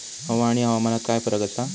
हवा आणि हवामानात काय फरक असा?